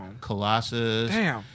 Colossus